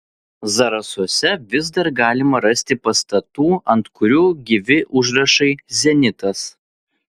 zarasuose vis dar galima rasti pastatų ant kurių gyvi užrašai zenitas